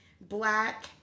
...black